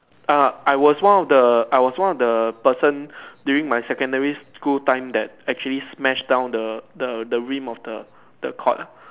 err I was one of the I was one of the person during my secondary school time that actually smash down the the the rim of the the court lah